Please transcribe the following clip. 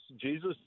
Jesus